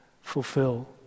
Fulfill